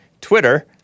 Twitter